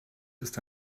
ist